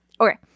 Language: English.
okay